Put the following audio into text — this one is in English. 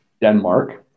Denmark